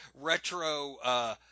retro –